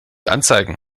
anzeigen